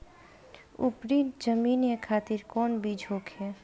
उपरी जमीन खातिर कौन बीज होखे?